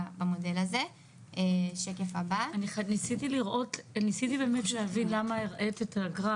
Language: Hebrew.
גם לקופות החולים במודל הישן יש איזשהו תמריץ לא נכון בהוצאה מהאשפוז,